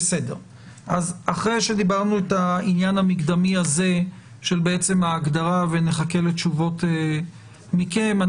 אחרי שדיברנו על העניין המקדמי הזה של ההגדרה ונחכה לתשובות מכם,